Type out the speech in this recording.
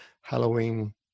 Halloween